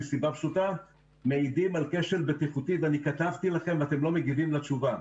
מכיוון שמעידים על כשל בטיחותי ואני כתבתי לכם ואתם לא מגיבים בתשובה.